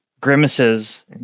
grimaces